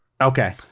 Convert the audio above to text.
Okay